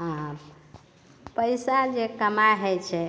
आ पैसा जे कमाय होइ छै